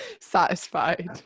satisfied